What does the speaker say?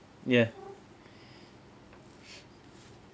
ya